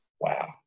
Wow